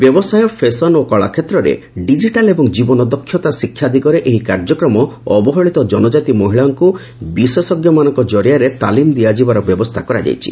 ବ୍ୟବସାୟ ଫେସନ ଓ କଳାକ୍ଷେତ୍ରରେ ଡିଜିଟାଲ୍ ଏବଂ ଜୀବନଦକ୍ଷତା ଶିକ୍ଷା ଦିଗରେ ଏହି କାର୍ଯ୍ୟକ୍ରମ ଅବହେଳିତ ଜନକାତି ମହିଳାମାନଙ୍କୁ ବିଶେଷଜ୍ଞମାନଙ୍କ ଜରିଆରେ ତାଲିମ୍ ଦିଆଯିବାର ବ୍ୟବସ୍ଥା କରାଯାଇଛି